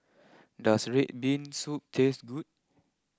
does Red Bean Soup taste good